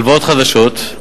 הלוואות חדשות.